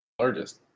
Largest